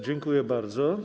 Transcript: Dziękuję bardzo.